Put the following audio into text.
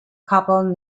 couple